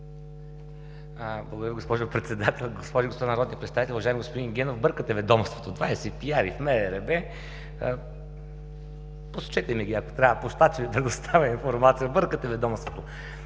Благодаря, госпожо Председател. Господа народни представители! Уважаеми господин Генов, бъркате ведомството! Двадесет пиари в МРРБ! Посочете ми ги, ако трябва и ще Ви предоставя информация, но бъркате ведомството.